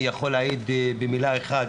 אני יכול להעיד במילה אחת,